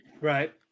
Right